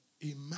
Imagine